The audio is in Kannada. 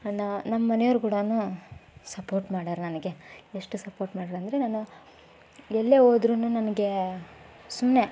ನನ್ನ ನಮ್ಮ ಮನೆಯವ್ರು ಕೂಡ ಸಪೋರ್ಟ್ ಮಾಡ್ಯಾರೆ ನನಗೆ ಎಷ್ಟು ಸಪೋರ್ಟ್ ಮಾಡಿದರು ಅಂದರೆ ನಾನು ಎಲ್ಲೇ ಹೋದ್ರುನು ನನಗೆ ಸುಮ್ಮನೆ